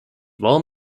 well